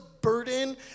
burden